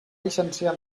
llicenciar